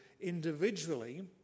individually